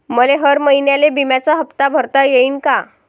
मले हर महिन्याले बिम्याचा हप्ता भरता येईन का?